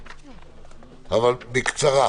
בקצרה.